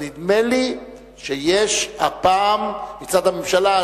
אבל נדמה לי שיש הפעם מצד הממשלה,